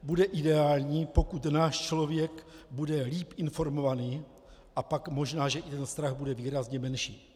Bude ideální, pokud náš člověk bude lépe informován, a pak možná, že i jeho strach bude výrazně menší.